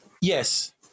Yes